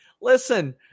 listen